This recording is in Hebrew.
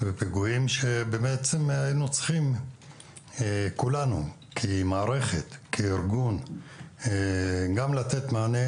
שהיינו צריכים כולנו כמערכת לתת מענה